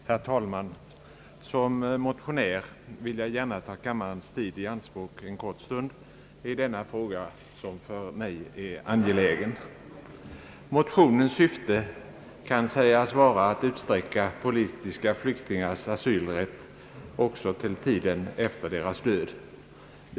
Herr talman! Som motionär vill jag gärna taga kammarens tid i anspråk en kort stund i denna fråga, som för mig är angelägen. Motionens syfte kan sägas vara att utsträcka politiska flyktingars asylrätt också till tiden efter deras död.